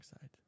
side